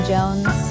Jones